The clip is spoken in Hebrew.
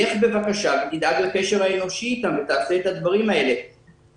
לך בבקשה ותדאג לקשר האנושי איתם ותעשה את הדברים האלה.